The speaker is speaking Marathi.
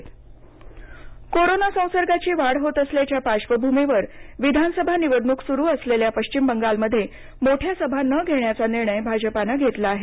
भाजप सभा कोरोना संसर्गाची वाढ होत असल्याच्या पार्श्वभूमीवर विधानसभा निवडणूक सुरू असलेल्या पश्चिम बंगालमध्ये मोठ्या सभा न घेण्याचा निर्णय भाजपनं घेतला आहे